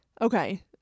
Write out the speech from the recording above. Okay